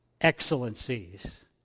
excellencies